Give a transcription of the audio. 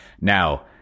Now